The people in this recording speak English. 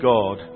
God